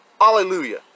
Hallelujah